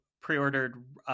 pre-ordered